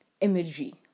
imagery